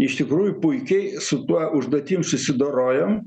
iš tikrųjų puikiai su tuo užduotim susidorojom